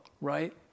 right